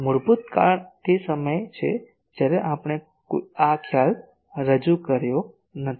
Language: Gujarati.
મૂળભૂત કારણ તે સમય છે જ્યારે આપણે આ ખ્યાલ રજૂ કર્યો નથી